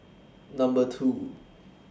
Number two